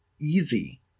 easy